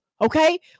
Okay